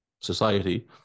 society